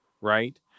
Right